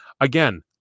Again